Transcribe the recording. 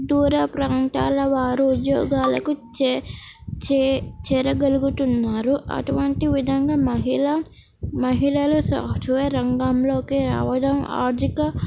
దూర ప్రాంతాల వారు ఉద్యోగాలకు చే చే చేరగలుగుతున్నారు అటువంటి విధంగా మహిళ మహిళలు సాఫ్ట్వేర్ రంగంలోకి రావడం ఆర్థిక